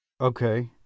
Okay